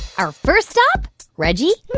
our first stop reggie.